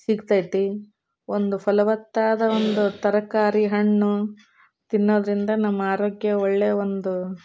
ಸಿಗ್ತೈತಿ ಒಂದು ಫಲವತ್ತಾದ ಒಂದು ತರಕಾರಿ ಹಣ್ಣು ತಿನ್ನೋದರಿಂದ ನಮ್ಮ ಆರೋಗ್ಯ ಒಳ್ಳೆಯ ಒಂದು